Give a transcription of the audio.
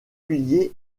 pilier